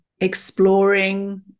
exploring